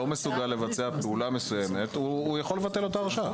מסוגל לבצע פעולה מסוימת הוא יכול לבטל את ההרשאה.